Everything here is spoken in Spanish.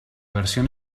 versión